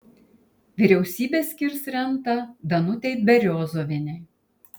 vyriausybė skirs rentą danutei beriozovienei